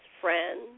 friends